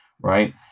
right